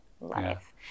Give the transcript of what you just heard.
life